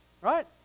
right